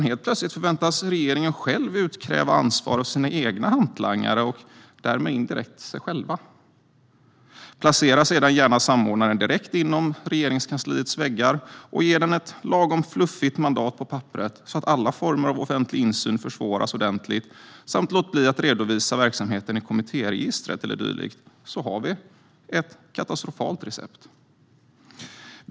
Helt plötsligt förväntas regeringen själv utkräva ansvar av sina egna hantlangare och därmed indirekt av sig själv. Placera sedan gärna samordnaren direkt inom Regeringskansliets väggar, ge den ett lagom fluffigt mandat på papperet så att alla former av offentlig insyn försvåras ordentligt samt låt bli att redovisa verksamheten i kommittéregistret eller dylikt, och så har vi ett katastrofalt recept. Herr talman!